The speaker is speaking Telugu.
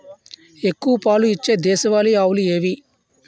ఎక్కువ పాలు ఇచ్చే దేశవాళీ ఆవులు ఏవి?